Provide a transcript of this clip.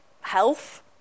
health